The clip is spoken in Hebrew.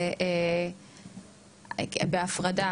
בהפרדה,